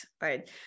right